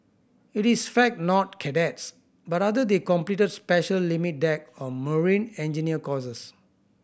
it is fact not cadets but rather they completed special limit deck or marine engineer courses